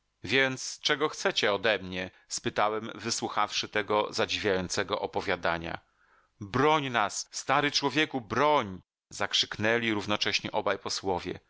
więc czego chcecie odemnie spytałem wysłuchawszy tego zadziwiającego opowiadania broń nas stary człowieku broń zakrzyknęli równocześnie obaj posłowie